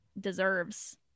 deserves